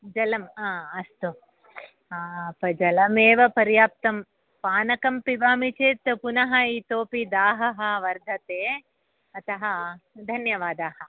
जलं ह अस्तु जलमेव पर्याप्तं पानकं पिबामि चेत् पुनः इतोपि दाहः वर्धते अतः धन्यवादाः